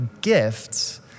gifts